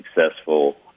successful